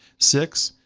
six,